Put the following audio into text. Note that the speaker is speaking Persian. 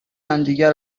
همدیگه